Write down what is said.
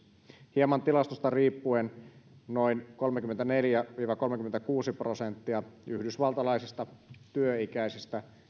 hieman tilastosta riippuen noin kolmekymmentäneljä viiva kolmekymmentäkuusi prosenttia yhdysvaltalaisista työikäisistä